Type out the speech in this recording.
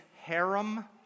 harem